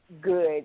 good